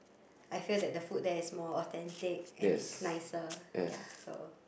I feel that the food that is more authentic and it's nicer ya so